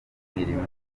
n’imirimo